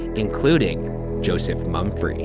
including joseph mumfre. yeah